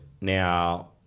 Now